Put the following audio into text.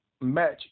match